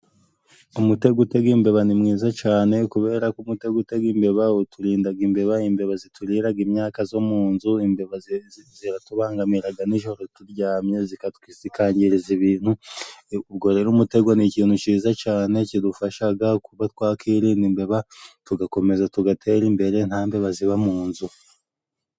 Umutego utega imbeba ni mwiza cyane. Kubera ko umutego utega imbeba uturinda imbeba. Imbeba ziturira imyaka yo mu nzu, imbeba zitubangamira nijoro turyamye, zikangiriza ibintu. Ubwo rero umutego ni ikintu cyiza cyane kidufasha kuba twakwirinda imbeba, tugakomeza tugatera imbere nta mbeba ziba mu nzu.